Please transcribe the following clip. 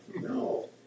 No